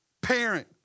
parent